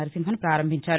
Narasimhan పాంభించారు